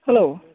hello